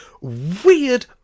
weird